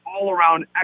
all-around